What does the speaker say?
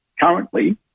Currently